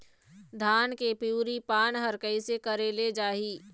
धान के पिवरी पान हर कइसे करेले जाही?